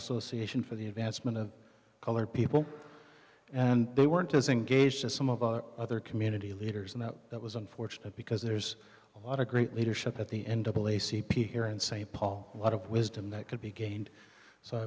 association for the advancement of colored people and they weren't to zing gays to some of our other community leaders and that that was unfortunate because there's a lot of great leadership at the end up in a c p a here in st paul a lot of wisdom that could be gained so i